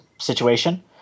situation